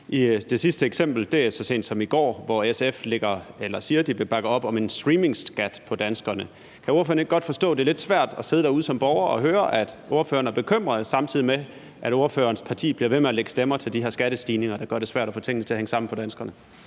Det seneste eksempel stammer fra så sent i går, hvor SF siger, at de vil bakke op om at pålægge danskerne en streamingskat. Kan ordføreren ikke godt forstå, at det er lidt svært at sidde derude som borger og høre, at ordføreren er bekymret, samtidig med at ordførerens parti bliver ved med at lægge stemmer til de her skattestigninger, der gør det svært at få tingene til at hænge sammen for danskerne?